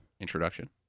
introduction